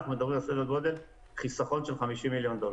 אנחנו מדברים על סדר גודל חיסכון של 50 מיליון דולר.